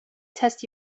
test